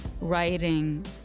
Writing